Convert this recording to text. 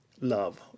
love